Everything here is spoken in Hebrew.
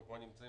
אנחנו מסכימים